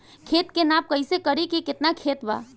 खेत के नाप कइसे करी की केतना खेत बा?